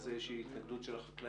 ולזה יש איזושהי התנגדות של המגדלים.